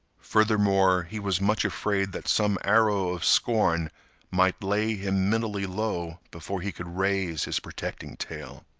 furthermore, he was much afraid that some arrow of scorn might lay him mentally low before he could raise his protecting tale.